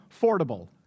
affordable